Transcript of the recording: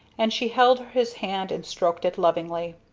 and she held his hand and stroked it lovingly.